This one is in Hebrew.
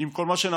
עם כל מה שנעשה,